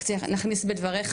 רק רציתי להכניס את זה לדבריך.